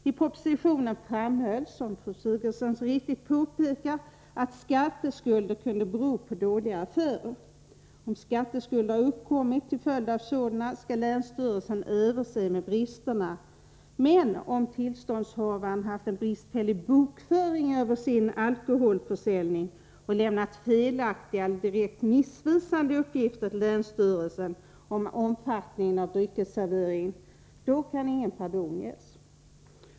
I propositionen framhölls, som fru Sigurdsen så riktigt påpekar, att skatteskulder kunde bero på dåliga affärer. Om skatteskulder har uppkommit till följd av sådana dåliga affärer, skall länsstyrelsen överse med bristerna. Men om tillståndshavaren haft en bristfällig bokföring över sin alkoholförsäljning och lämnat felaktiga eller direkt missvisande uppgifter till länsstyrelsen om omfattningen av dryckesserveringen, då kan ingen pardon ges.